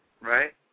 Right